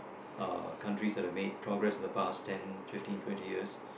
uh countries that have made progress in the past ten fifteen twenty years